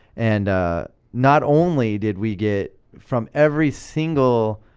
and not only did we get from every single